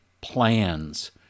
plans